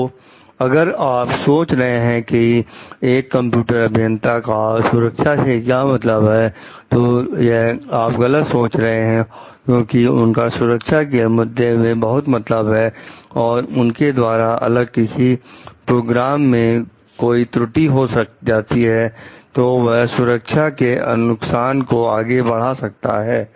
तो अगर आप यह सोच रहे हैं कि एक कंप्यूटर अभियंता का सुरक्षा से क्या मतलब है तो यह आप गलत सोच रहे हैं क्योंकि उनका सुरक्षा के मुद्दों से बहुत मतलब है और उनके द्वारा अगर किसी प्रोग्राम में कोई त्रुटि हो जाती है तो वह सुरक्षा के नुकसान को आगे बढ़ा सकता है